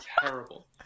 Terrible